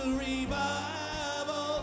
revival